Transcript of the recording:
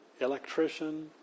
electrician